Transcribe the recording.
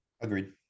Agreed